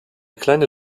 kleine